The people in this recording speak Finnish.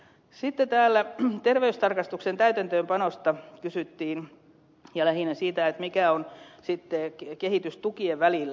sitten täällä kysyttiin terveystarkastusten täytäntöönpanosta ja lähinnä siitä mikä on kehitys tukien välillä